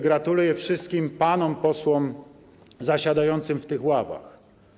Gratuluję wszystkim Panom Posłom zasiadającym w tych ławach.